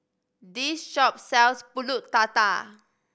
this shop sells Pulut Tatal